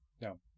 No